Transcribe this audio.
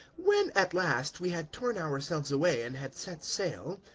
when, at last, we had torn ourselves away and had set sail,